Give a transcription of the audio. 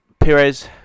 Pires